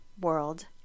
world